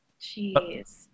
Jeez